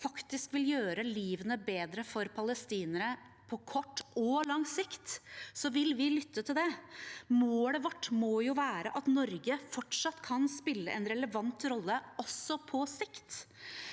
faktisk vil gjøre livet bedre for palestinere på kort og lang sikt, vil vi lytte til. Målet vårt må være at Norge fortsatt kan spille en relevant rolle også på sikt.